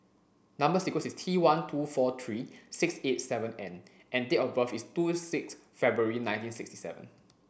number sequence is T one two four three six eight seven N and date of birth is two six February nineteen sixty seven